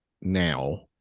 now